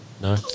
No